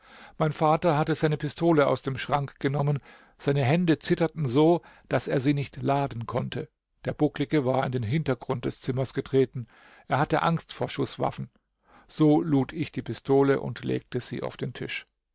mein vater hatte seine pistole aus dem schrank genommen seine hände zitterten so daß er sie nicht laden konnte der bucklige war in den hintergrund des zimmers getreten er hatte angst vor schußwaffen so lud ich die pistole und legte sie auf den tisch